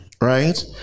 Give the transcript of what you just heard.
right